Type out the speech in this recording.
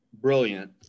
brilliant